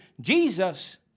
Jesus